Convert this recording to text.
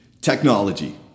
Technology